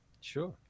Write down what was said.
Sure